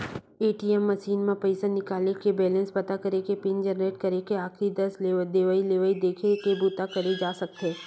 ATM machine म पइसा निकाले के, बेलेंस पता करे के, पिन जनरेट करे के, आखरी दस लेवइ देवइ देखे के बूता करे जा सकत हे